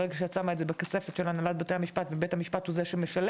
ברגע שאת שמה את זה בכספת של הנהלת בתי המשפט ובית המשפט הוא זה שמשלם,